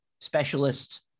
Specialist